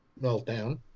meltdown